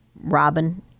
Robin